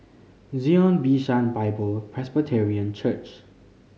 Zion Bishan Bible Presbyterian Church